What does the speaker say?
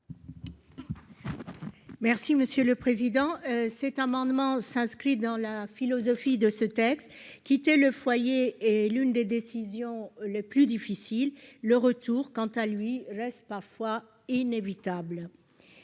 Mme Esther Benbassa. Cet amendement tend à s'inscrire dans la philosophie du présent texte. Quitter le foyer est l'une des décisions les plus difficiles. Le retour, quant à lui, est parfois inévitable.